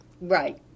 right